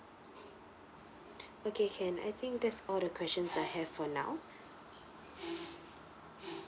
okay can I think that's all the questions I have for now